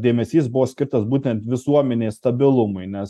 dėmesys buvo skirtas būtent visuomenės stabilumui nes